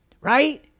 right